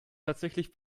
tatsächlich